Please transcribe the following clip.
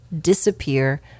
disappear